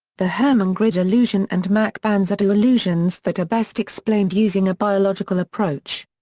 the hermann grid illusion and mach bands are two illusions that are best explained using a biological approach.